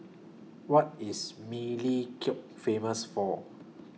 What IS Melekeok Famous For